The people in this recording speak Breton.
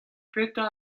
petra